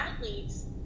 athletes